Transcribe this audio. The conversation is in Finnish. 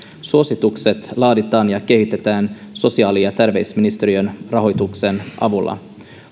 suositukset laaditaan ja kehitetään sosiaali ja terveysministeriön rahoituksen avulla